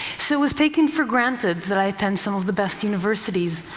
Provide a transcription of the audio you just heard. so it was taken for granted that i attend some of the best universities,